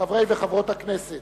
חברי וחברות הכנסת,